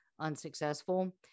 unsuccessful